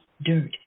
Dirt